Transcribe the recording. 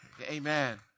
Amen